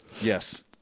Yes